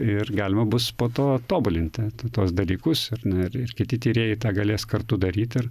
ir galima bus po to tobulinti tuos dalykus ir na ir kiti tyrėjai galės kartu daryt ir